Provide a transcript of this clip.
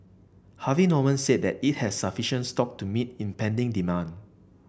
Harvey Norman said that it has sufficient stock to meet impending demand